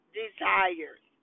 desires